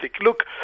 Look